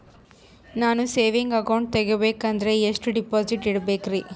ನಾನು saving account ತೆಗಿಬೇಕಂದರ ಎಷ್ಟು ಡಿಪಾಸಿಟ್ ಇಡಬೇಕ್ರಿ?